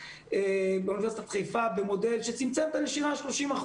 באוניברסיטת חיפה במודל שצמצם את הנשירה ב-30%,